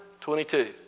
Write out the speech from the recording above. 22